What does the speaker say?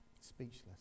speechless